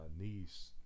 niece